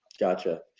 gotcha.